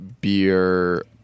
beer